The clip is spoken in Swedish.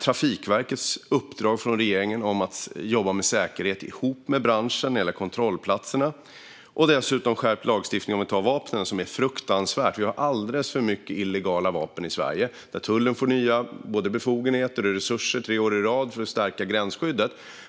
Trafikverkets uppdrag från regeringen att jobba med säkerhet ihop med branschen när det gäller kontrollplatserna betydelse? Vidare: Har den skärpta vapenlagstiftningen betydelse? Vi har alldeles för många illegala vapen i Sverige, och det är fruktansvärt. Nu får tullen nya befogenheter och resurser tre år i rad för att stärka gränsskyddet.